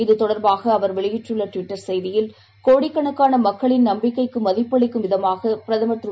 இது தொடர்பாகஅவர் வெளியிட்டுள்ளட்விட்டர் செய்தியில் கோடிக்கணக்கானநம்பிக்கைக்குமதிப்பளிக்கும் விதமாகபிரதமர் திரு